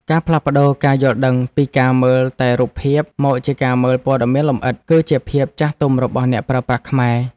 ការផ្លាស់ប្តូរការយល់ដឹងពីការមើលតែរូបភាពមកជាការមើលព័ត៌មានលម្អិត គឺជាភាពចាស់ទុំរបស់អ្នកប្រើប្រាស់ខ្មែរ។